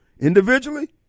Individually